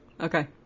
Okay